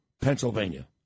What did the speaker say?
Pennsylvania